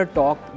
talk